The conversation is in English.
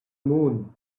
moon